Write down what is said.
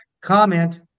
comment